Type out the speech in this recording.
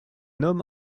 homme